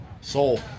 Soul